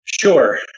Sure